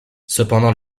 cependant